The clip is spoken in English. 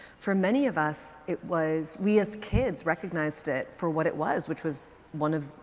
for many of us, it was, we as kids recognized it for what it was which was one of,